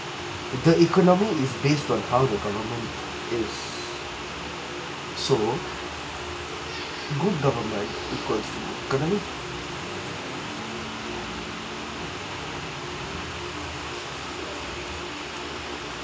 the economy is based on how the government is so good government equals to economy